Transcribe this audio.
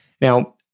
Now